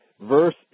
Verse